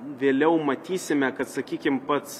vėliau matysime kad sakykim pats